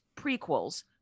prequels